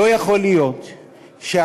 לא יכול להיות שהשר,